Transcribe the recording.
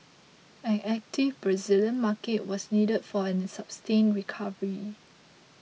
an active Brazilian market was needed for any sustained recovery